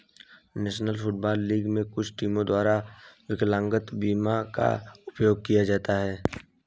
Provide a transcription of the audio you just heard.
national Football League में कुछ टीमों द्वारा विकलांगता बीमा का उपयोग किया जाता है